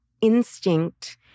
instinct